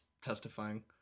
testifying